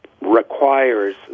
requires